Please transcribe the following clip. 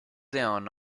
down